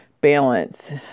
balance